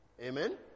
Amen